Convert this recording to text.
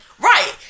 Right